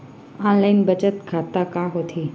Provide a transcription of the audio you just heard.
Online बचत खाता का होथे?